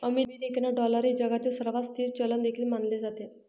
American dollar हे जगातील सर्वात स्थिर चलन देखील मानले जाते